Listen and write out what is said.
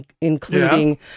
including